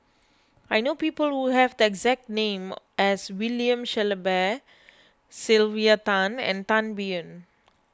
I know people who have the exact name as William Shellabear Sylvia Tan and Tan Biyun